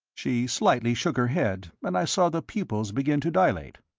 she slightly shook her head, and i saw the pupils begin to dilate.